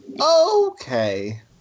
okay